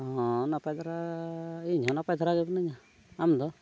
ᱦᱚᱸ ᱱᱟᱯᱟᱭ ᱫᱷᱟᱨᱟ ᱤᱧᱦᱚᱸ ᱱᱟᱯᱟᱭ ᱫᱷᱟᱨᱟᱜᱮ ᱢᱤᱱᱟᱹᱧᱟ ᱟᱢ ᱫᱚ